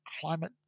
climate